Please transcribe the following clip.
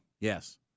yes